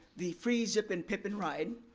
the free zippin' pippin' ride,